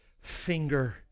finger